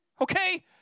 Okay